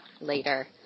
later